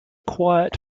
quiet